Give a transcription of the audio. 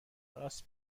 راست